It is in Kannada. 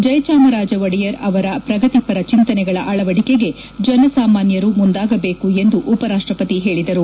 ಜಯಚಾಮರಾಜ ಒಡೆಯರ್ ಅವರ ಪ್ರಗತಿಪರ ಚಿಂತನೆಗಳ ಅಳವಡಿಕೆಗೆ ಜನಸಾಮಾನ್ವರು ಮುಂದಾಗಬೇಕು ಎಂದು ಉಪ ರಾಷ್ಟಪತಿ ಹೇಳಿದರು